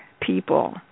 people